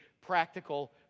practical